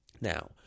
Now